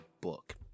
book